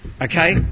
okay